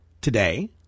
Today